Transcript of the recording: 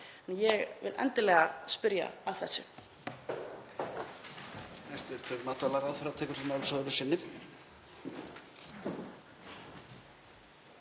Ég vil endilega spyrja að þessu.